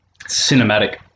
Cinematic